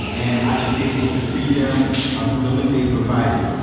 and i should be able to see them ah through the link they provided.